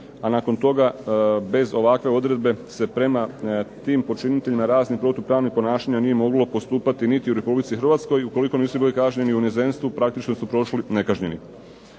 a nakon toga bez ovakve odredbe se prema tim počiniteljima raznih protupravnih ponašanja nije moglo postupati niti u Republici Hrvatskoj. Ukoliko nisu bili kažnjeni u inozemstvu praktično su prošli nekažnjeni.